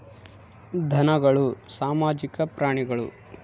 ಧನಗಳು ಸಾಮಾಜಿಕ ಪ್ರಾಣಿಗಳು